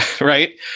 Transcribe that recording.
Right